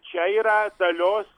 čia yra dalios